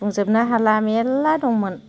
बुंजोबनो हाला मेरला दंमोन